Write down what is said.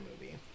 movie